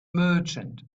merchant